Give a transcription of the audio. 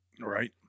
Right